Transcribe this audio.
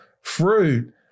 fruit